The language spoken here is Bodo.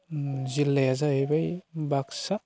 जिल्लाया जाहैबाय बाक्सा